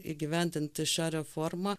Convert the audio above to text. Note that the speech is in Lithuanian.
įgyvendinti šią reformą